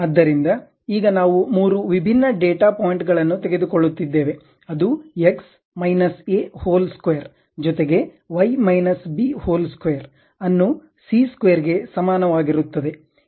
ಆದ್ದರಿಂದ ಈಗ ನಾವು ಮೂರು ವಿಭಿನ್ನ ಡೇಟಾ ಪಾಯಿಂಟ್ ಗಳನ್ನು ತೆಗೆದುಕೊಳ್ಳುತ್ತಿದ್ದೇವೆ ಅದು x minus a whole square ಜೊತೆಗೆ y minus b whole square ಅನ್ನು ಸಿ ಸ್ಕ್ವೇರ್ ಗೆ ಸಮಾನವಾಗಿರುತ್ತದೆ